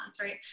right